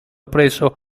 presso